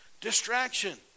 Distraction